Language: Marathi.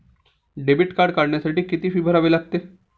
डेबिट कार्ड काढण्यासाठी किती फी भरावी लागते?